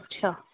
اچھا